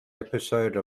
episode